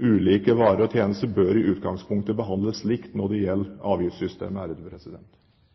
ulike varer og tjenester i utgangspunktet bør behandles likt når det gjelder avgiftssystemet.